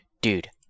dude